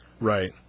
right